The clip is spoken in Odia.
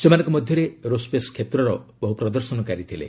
ସେମାନଙ୍କ ମଧ୍ୟରେ ଏରୋସ୍ୱେସ୍ କ୍ଷେତ୍ରରର ବହୁ ପ୍ରଦର୍ଶନକାରୀ ଥିଲେ